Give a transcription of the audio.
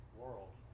world